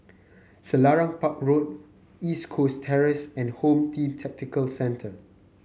Selarang Park Road East Coast Terrace and Home Team Tactical Centre